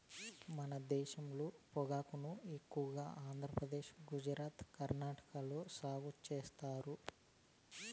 మన దేశంలో పొగాకును ఎక్కువగా ఆంధ్రప్రదేశ్, గుజరాత్, కర్ణాటక లో సాగు చేత్తారు